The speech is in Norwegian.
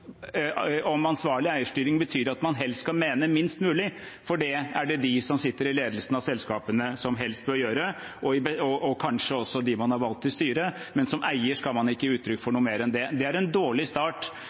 ansvarlig eierstyring betyr at man helst skal mene minst mulig, for det er det de som sitter i ledelsen av selskapene, som helst bør gjøre, og kanskje også dem man har valgt til styret, men som eier skal man ikke gi uttrykk for